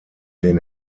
den